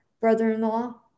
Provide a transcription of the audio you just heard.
brother-in-law